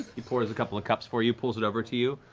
he pours a couple of cups for you, pulls it over to you.